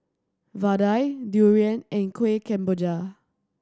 vadai durian and Kuih Kemboja